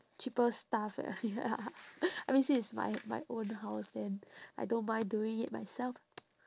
cheaper stuff ah ya I mean since it's my my own house then I don't mind doing it myself